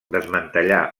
desmantellar